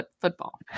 football